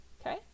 okay